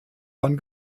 von